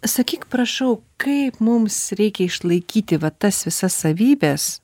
sakyk prašau kaip mums reikia išlaikyti vat tas visas savybes